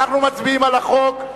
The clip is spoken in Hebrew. אנחנו מצביעים על החוק,